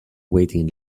waiting